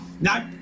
No